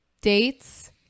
dates